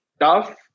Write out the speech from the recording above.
tough